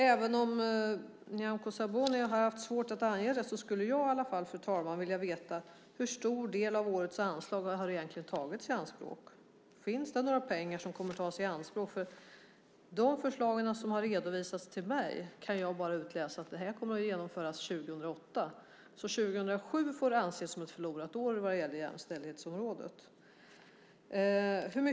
Även om Nyamko Sabuni har haft svårt att ange det skulle jag vilja veta hur stor del av årets anslag som egentligen har tagits i anspråk, fru talman. Finns det några pengar som kommer att tas i anspråk? Ur de förslag som har redovisats för mig kan jag bara utläsa att detta kommer att genomföras 2008. Alltså får 2007 anses som ett förlorat år vad gäller jämställdhetsområdet.